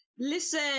Listen